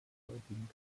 heutigen